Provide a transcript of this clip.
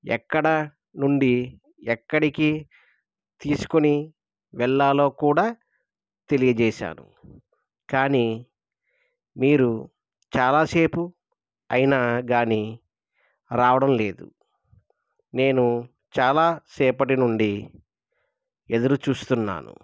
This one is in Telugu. ఎక్కడ నుండి ఎక్కడికి తీసుకుని వెళ్ళాలో కూడా తెలియచేశాను కానీ మీరు చాలా సేపు అయినా కానీ రావడం లేదు నేను చాలా సేపటి నుండి ఎదురుచూస్తున్నాను